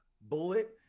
bullet